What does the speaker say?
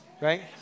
Right